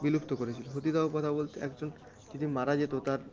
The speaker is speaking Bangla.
বিলুপ্ত করেছিল সতীদাহ প্রথা বলতে একজন যিনি মারা যেত তার